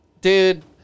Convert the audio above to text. Dude